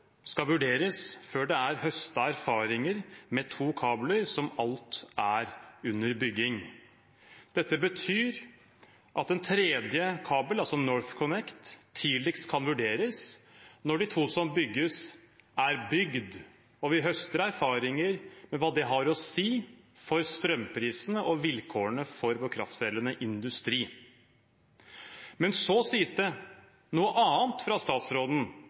skal vurderes før det er høstet erfaringer med to kabler som alt er under bygging. Dette betyr at en tredje kabel, altså NorthConnect, tidligst kan vurderes når de to som bygges, er bygd og vi høster erfaringer med hva det har å si for strømprisene og vilkårene for vår kraftkrevende industri. Men så sies det noe annet fra statsråden